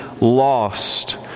lost